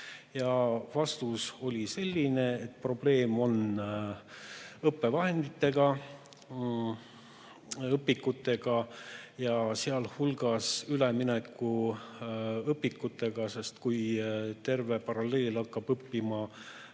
Vastus oli selline, et probleeme on õppevahenditega, õpikutega, sealhulgas üleminekuõpikutega, sest kui terve paralleel hakkab õppima